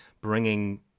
bringing